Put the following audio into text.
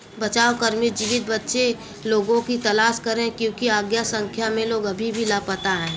बचावकर्मी जीवित बचे लोगों की तलाश कर रहे हैं क्योंकि अज्ञात संख्या में लोग अभी भी लापता हैं